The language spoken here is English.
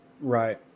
Right